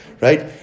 right